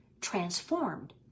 transformed